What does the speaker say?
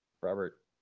Robert